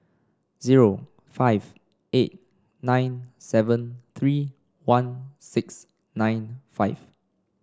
zero five eight nine seven three one six nine five